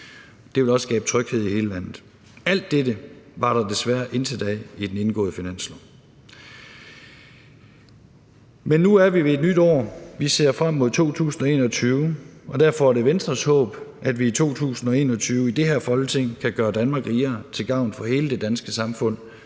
Det ville også skabe tryghed i hele landet. Alt dette var der desværre intet af i den indgåede finanslov. Men nu er vi ved et nyt år, vi ser frem mod 2021, og derfor er det Venstres håb, at vi i 2021 i det her Folketing kan gøre Danmark rigere til gavn for hele det danske samfund.